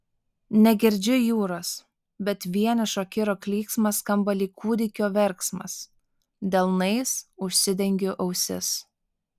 negirdžiu jūros bet vienišo kiro klyksmas skamba lyg kūdikio verksmas delnais užsidengiu ausis